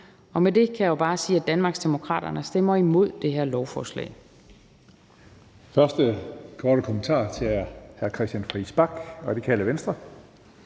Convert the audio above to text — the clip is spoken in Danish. Med det kan jeg bare sige, at Danmarksdemokraterne stemmer imod det her lovforslag.